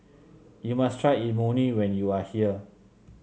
you must try Imoni when you are here